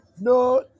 No